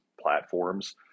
platforms